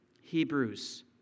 Hebrews